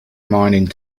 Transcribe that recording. mining